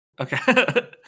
Okay